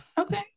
Okay